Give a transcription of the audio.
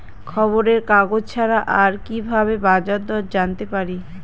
খবরের কাগজ ছাড়া আর কি ভাবে বাজার দর জানতে পারি?